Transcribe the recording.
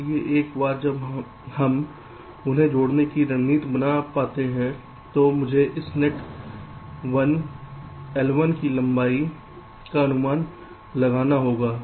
इसलिए एक बार जब हम उन्हें जोड़ने की रणनीति का पता लगाते हैं तो मुझे इस नेट 1 L1 की लंबाई का अनुमान लगाना होगा